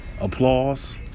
applause